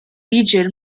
region